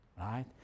Right